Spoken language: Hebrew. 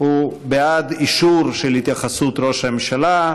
הוא בעד אישור של התייחסות ראש הממשלה.